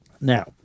Now